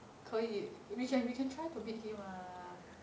可以 we can we can try to meet him mah